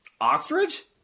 Ostrich